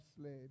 slave